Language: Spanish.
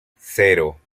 cero